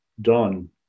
done